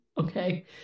okay